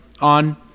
on